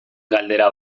galdera